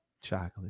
Chocolate